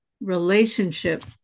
relationship